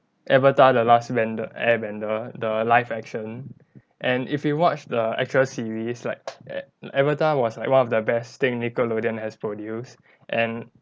avatar the last bender air bender the live action and if you watch the actual series like at avatar was like one of the best thing nickelodeon has produced and